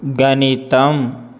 గణితం